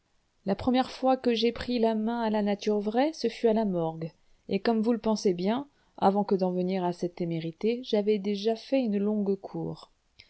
la première fois que j'ai pris la main à la nature vraie ce fut à la morgue et comme vous le pensez bien avant que d'en venir à cette témérité j'avais déjà fait une longue cour